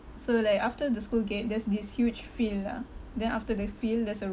so like after the school gate there's this huge field lah then after the field there's a